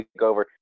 takeover